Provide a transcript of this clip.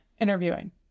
interviewing